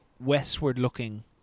westward-looking